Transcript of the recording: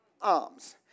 alms